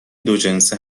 دوجنسه